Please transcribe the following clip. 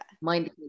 mind